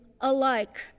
alike